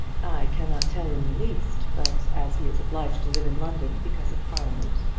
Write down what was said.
i cannot tell in the least but as he is obliged to live in london because of parliament,